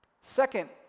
Second